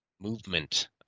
movement